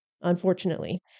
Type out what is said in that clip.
Unfortunately